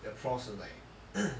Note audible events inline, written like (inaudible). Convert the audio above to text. the profs were like (coughs)